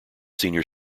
senior